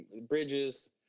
Bridges